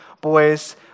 boys